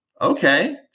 okay